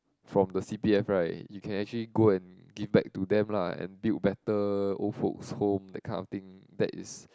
from the c_p_f right you can actually go and give back to them lah and build better old folks home that kind of thing that is